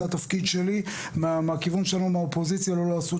זה התפקיד שלי מהכיוון שלנו מהאופוזיציה לא לעשות